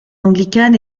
anglicane